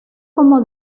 como